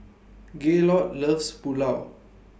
Gaylord loves Pulao